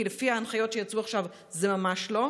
כי לפי ההנחיות שיצאו עכשיו זה ממש לא.